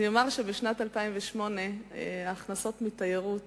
אני אומר שבשנת 2008 ההכנסות מתיירות